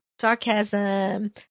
Sarcasm